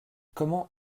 comment